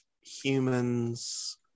humans